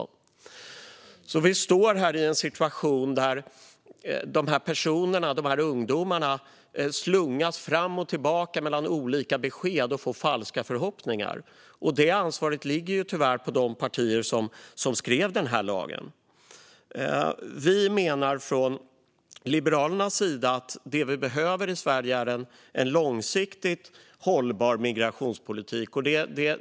Vi står alltså här i en situation där dessa ungdomar slungas fram och tillbaka mellan olika besked och får falska förhoppningar. Det ansvaret ligger tyvärr på de partier som skrev den här lagen. Vi menar från Liberalernas sida att det vi behöver i Sverige är en långsiktigt hållbar migrationspolitik.